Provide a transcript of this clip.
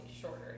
shorter